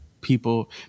people